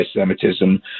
anti-Semitism